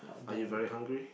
are you very hungry